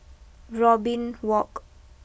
Robin walk